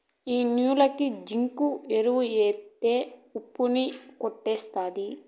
ఈ న్యాలకి జింకు ఎరువు ఎత్తే ఉప్పు ని కొట్టేత్తది